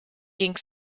ging